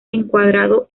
encuadrado